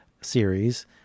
series